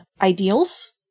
ideals